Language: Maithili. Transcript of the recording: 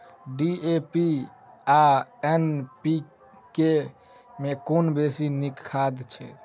डी.ए.पी आ एन.पी.के मे कुन बेसी नीक खाद छैक?